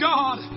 God